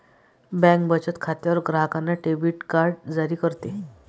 bank बचत खात्यावर ग्राहकांना डेबिट कार्ड जारी करते